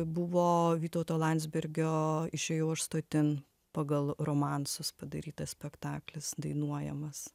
buvo vytauto landsbergio išėjau aš stotin pagal romansus padarytas spektaklis dainuojamas